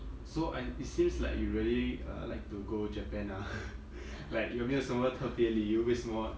so I it seems like you really uh like to go japan ah like 有没有什么特别理由为什么